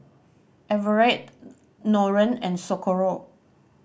Everett Nolen and Socorro